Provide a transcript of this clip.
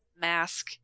mask